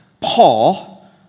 Paul